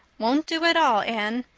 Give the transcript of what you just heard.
won't do at all, anne.